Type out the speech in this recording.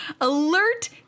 Alert